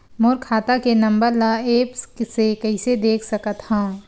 मोर खाता के नंबर ल एप्प से कइसे देख सकत हव?